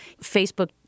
Facebook